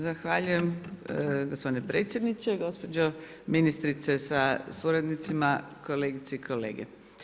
Zahvaljujem gospodine predsjedniče, gospođo ministrice sa suradnicima, kolegice i kolege.